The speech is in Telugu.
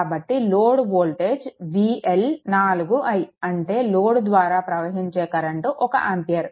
కాబట్టి లోడ్ వోల్టేజ్ VL 4i అంటే లోడ్ ద్వారా ప్రవహించే కరెంట్ 1 ఆంపియర్